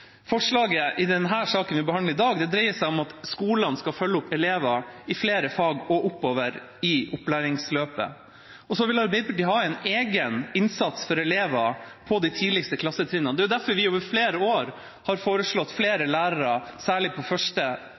Forslaget i den saken vi behandler i dag, dreier seg om at skolene skal følge opp elever i flere fag og oppover i opplæringsløpet. Arbeiderpartiet vil ha en egen innsats for elever på de laveste klassetrinnene. Det er derfor vi over flere år har foreslått flere lærere, særlig på